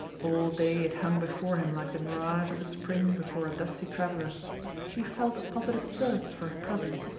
all day it hung before him like the mirage of a spring before a dusty traveller he felt a positive thirst for her presence,